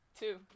Two